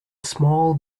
small